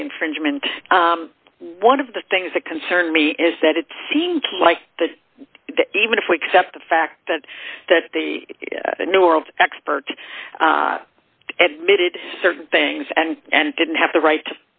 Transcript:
to the infringement one of the things that concerned me is that it seemed like the even if we kept the fact that the new world expert made it certain things and and didn't have the right